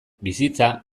bizitza